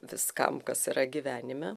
viskam kas yra gyvenime